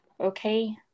okay